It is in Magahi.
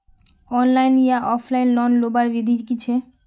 ऑनलाइन या ऑफलाइन लोन लुबार विधि की छे?